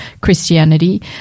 Christianity